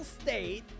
State